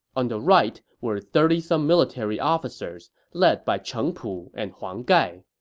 on the right were thirty some military officers, led by cheng pu and huang gai.